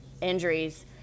injuries